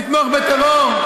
לתמוך בטרור?